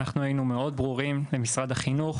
אנחנו היינו מאוד ברורים למשרד החינוך.